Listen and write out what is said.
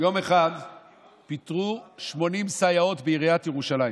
יום אחד פיטרו 80 סייעות בעיריית ירושלים.